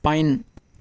pine